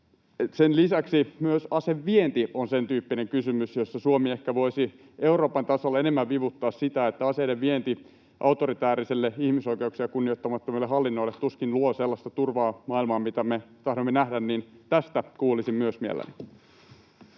Sen lisäksi myös asevienti on sen tyyppinen kysymys, jossa Suomi ehkä voisi Euroopan tasolla enemmän vivuttaa sitä, että aseiden vienti autoritäärisille, ihmisoikeuksia kunnioittamattomille hallinnoille tuskin luo sellaista turvaa maailmaan, mitä me tahdomme nähdä. Tästä kuulisin myös mielelläni.